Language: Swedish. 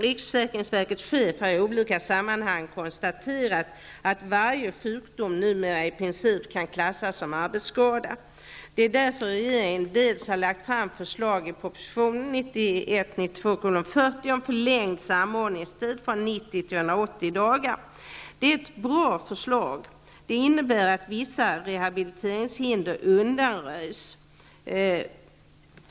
Riksförsäkringsverkets chef har i olika sammanhang konstaterat att varje sjukdom numera i princip kan klassas som arbetsskada. Därför föreslår regeringen i sin proposition 1991/92:40 en förlängd samordningstid. Samordningstiden föreslås alltså bli förlängd från 90--180 dagar. Det är ett bra förslag. Förslaget innebär att vissa rehabiliteringshinder undanröjs.